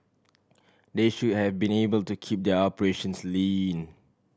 they should have been able to keep their operations lean